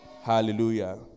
Hallelujah